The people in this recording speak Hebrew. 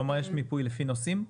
כלומר, יש מיפוי על-פי נושאים?